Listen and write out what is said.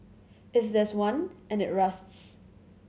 if there's one and it rusts